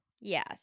Yes